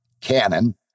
Canon